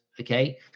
okay